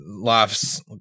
laughs